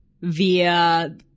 via